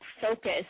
focus